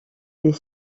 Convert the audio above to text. des